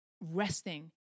resting